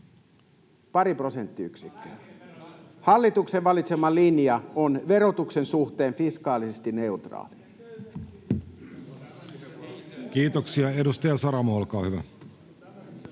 pari prosenttiyksikköä. Hallituksen valitsema linja on verotuksen suhteen fiskaalisesti neutraali. [Speech 21] Speaker: